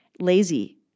lazy